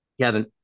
Kevin